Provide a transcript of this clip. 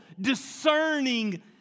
discerning